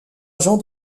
agent